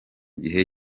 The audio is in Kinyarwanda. gihe